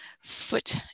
foot